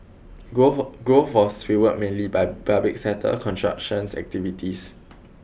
growth was mainly by public sector constructions activities